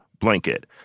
blanket—